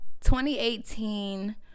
2018